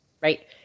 right